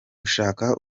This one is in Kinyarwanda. gushaka